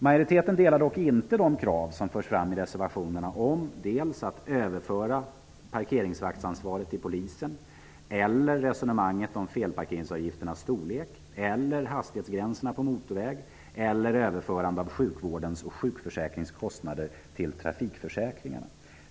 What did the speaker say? Majoriteten delar dock inte de krav som förs fram i reservationerna om att överföra parkeringsvaktsansvaret till Polisen, resonemanget om felparkeringsavgifternas storlek, hastighetsgränserna på motorväg eller överförande av sjukvårdens och sjukförsäkringens kostnader till trafikförsäkringarna.